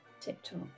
TikTok